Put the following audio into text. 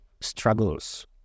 struggles